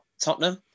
Tottenham